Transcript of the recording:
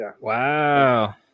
Wow